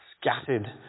scattered